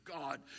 God